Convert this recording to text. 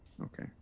Okay